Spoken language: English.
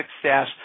success